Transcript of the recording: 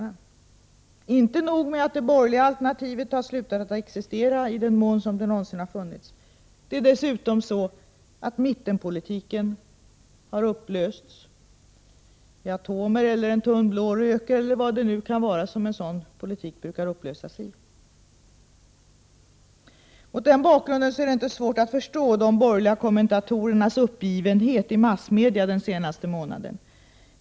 Vissa EKOROMJäRs Inte nog med att det borgerliga alternativet har slutat att existera —i den mån politiska åtgärder, m.m. det någonsin har funnits. Det är dessutom så, att mittenpolitiken har upplösts i atomer, eller en tunn blå rök, eller vad det nu kan vara som en sådan politik brukar upplösas i. Mot den bakgrunden är det inte svårt att förstå de borgerliga kommentatorernas uppgivenhet i massmedia den senaste månaden.